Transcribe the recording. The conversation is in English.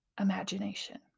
imagination